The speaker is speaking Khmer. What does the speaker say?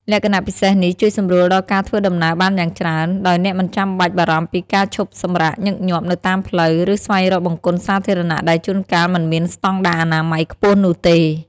លក្ខណៈពិសេសនេះជួយសម្រួលដល់ការធ្វើដំណើរបានយ៉ាងច្រើន ដោយអ្នកមិនចាំបាច់បារម្ភពីការឈប់សម្រាកញឹកញាប់នៅតាមផ្លូវ ឬស្វែងរកបង្គន់សាធារណៈដែលជួនកាលមិនមានស្តង់ដារអនាម័យខ្ពស់នោះទេ។